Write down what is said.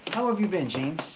kind of you been james?